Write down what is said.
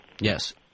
Yes